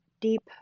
deep